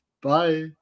bye